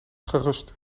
gerust